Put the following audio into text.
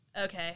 okay